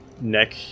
neck